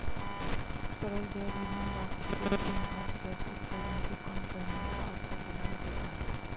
तरल जैव ईंधन राष्ट्र को ग्रीनहाउस गैस उत्सर्जन को कम करने का अवसर प्रदान करता है